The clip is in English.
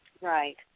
Right